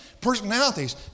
Personalities